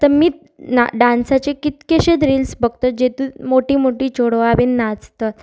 तर मी ना डांसाचे कितकेशेच रिल्स भगतात जेतून मोटी मोटी चेडवां बीन नाचत